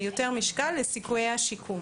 יותר משקל לסיכויי השיקום.